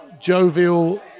jovial